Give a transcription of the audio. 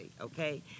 okay